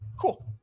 cool